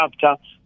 chapter